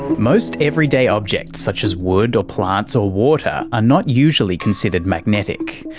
most everyday objects, such as wood or plants or water, are not usually considered magnetic.